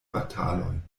bataloj